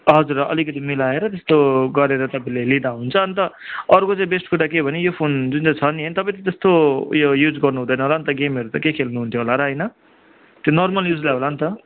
हजुर अलिकति मिलाएर त्यस्तो गरेर तपाईँले लिँदा हुन्छ अन्त अर्को चाहिँ बेस्ट कुरा के भने यो फोन जुन छ नि तपाईँले त्यस्तो उयो युज गर्नु हुँदैन होला नि त गेमहरू त के खेल्नु हुन्थ्यो होला र होइन त्यो नर्मल युजलाई होला नि त